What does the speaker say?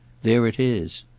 there it is.